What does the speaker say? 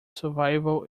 survival